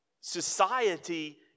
society